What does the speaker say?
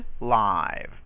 live